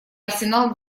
арсенал